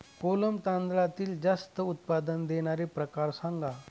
कोलम तांदळातील जास्त उत्पादन देणारे प्रकार सांगा